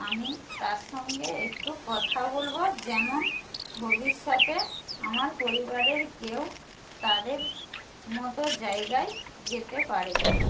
আমি তার সঙ্গে একটু কথা বলবো যেমন ভবিষ্যতে আমার পরিবারের কেউ তাদের মতো জায়গায় যেতে পারে